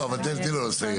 לא, אבל תני לו לסיים.